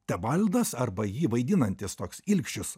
tebaldas arba jį vaidinantis toks ilkišis